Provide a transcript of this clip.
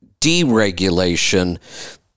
deregulation